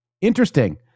interesting